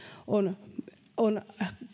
on on